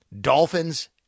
Dolphins